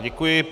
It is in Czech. Děkuji.